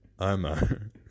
Omo